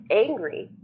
angry